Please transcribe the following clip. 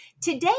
Today